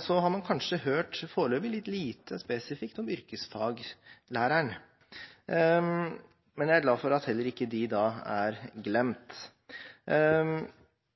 Så har man foreløpig kanskje hørt litt lite spesifikt om yrkesfaglæreren, men jeg er glad for at heller ikke disse er glemt.